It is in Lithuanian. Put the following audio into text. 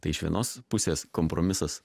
tai iš vienos pusės kompromisas